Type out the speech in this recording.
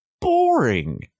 boring